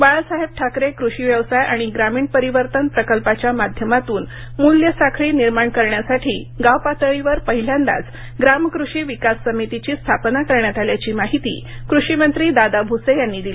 बाळासाहेब ठाकरे कृषी व्यवसाय आणि ग्रामीण परिवर्तन प्रकल्पाच्या माध्यमातून मूल्य साखळी निर्माण करणयासाठी गाव पातळीवर पहिल्यांदाच ग्राम कृषी विकास समितीची स्थापना करण्यात आल्याची माहिती कृषीमंत्री दादा भूसे यांनी दिली